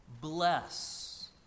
Bless